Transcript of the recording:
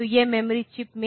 तो यह memory chip में